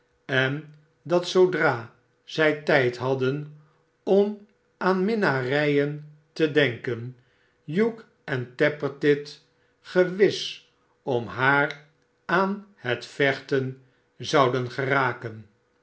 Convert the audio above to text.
en dat zoodra zij tijd hadden om aan minnarijen te denken hugh en tappertit gewis om haar aan het vechten zouden geraken